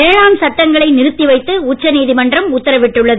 வேளாண் சட்டங்களை நிறுத்தி வைத்து உச்சநீதிமன்றம் உத்தரவிட்டுள்ளது